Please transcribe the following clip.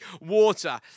water